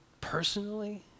personally